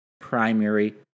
primary